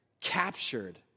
captured